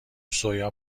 سویا